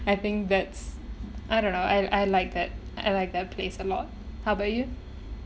I think that's I don't know I I like that I like that place a lot how about you